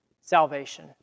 salvation